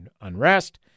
unrest